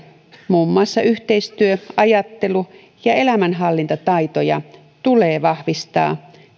muun muassa yhteistyö ajattelu ja elämänhallintataitoja tulee vahvistaa